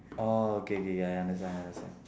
orh K K I understand I understand